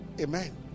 amen